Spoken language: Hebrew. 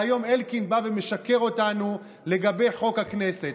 והיום אלקין בא ומשקר לנו לגבי חוק הכנסת.